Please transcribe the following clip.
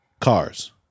cars